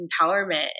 empowerment